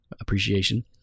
Appreciation